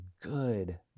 good